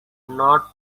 not